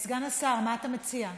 סגן השר, מה אתה מציע?